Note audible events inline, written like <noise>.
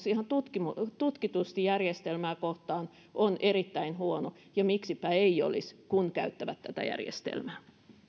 <unintelligible> ihan tutkitusti tutkitusti järjestelmää kohtaan on erittäin huono ja miksipä ei olisi kun käyttävät tätä järjestelmää